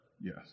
Yes